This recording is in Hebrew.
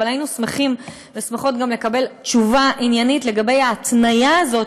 אבל היינו שמחים ושמחות גם לקבל תשובה עניינית לגבי ההתניה הזאת,